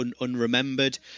unremembered